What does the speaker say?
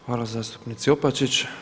Hvala zastupnici Opačić.